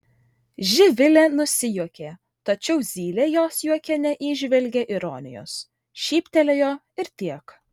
živilė nusijuokė tačiau zylė jos juoke neįžvelgė ironijos šyptelėjo ir tiek